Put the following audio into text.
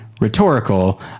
rhetorical